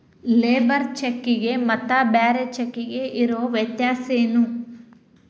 Labour ಚೆಕ್ಕಿಗೆ ಮತ್ತ್ ಬ್ಯಾರೆ ಚೆಕ್ಕಿಗೆ ಇರೊ ವ್ಯತ್ಯಾಸೇನು?